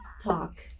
talk